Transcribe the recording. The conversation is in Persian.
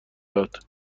داد